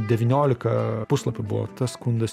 devyniolika puslapių buvo tas skundas